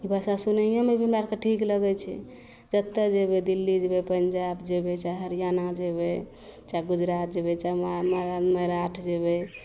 ई भाषा सुनैओमे भी हमरा आओरकेँ ठीक लगै छै कतहु जएबै दिल्ली जएबै पञ्जाब जएबै चाहे हरियाणा जएबै चाहे गुजरात जएबै तऽ मरा मराठ जएबै